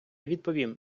відповім